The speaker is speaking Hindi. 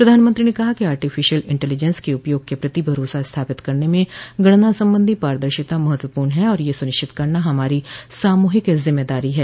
प्रधानमंत्री ने कहा कि आर्टिफिशियल इंटेलिजेंस के उपयोग के प्रति भरोसा स्थापित करने मे गणना संबंधी पारदर्शिता महत्वपूर्ण है और यह सुनिश्चित करना हमारी सामूहिक जिम्मेदारी ह